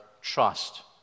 trust